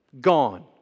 Gone